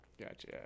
gotcha